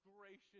gracious